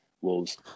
Wolves